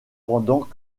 pendant